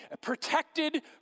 protected